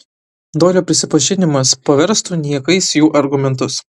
doilio prisipažinimas paverstų niekais jų argumentus